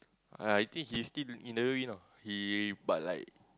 I think he still in W_W_E now he but like